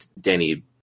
Danny